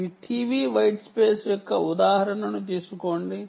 ఈ TV white space యొక్క ఉదాహరణను తీసుకోండి